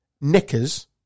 knickers